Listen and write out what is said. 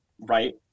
right